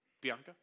Bianca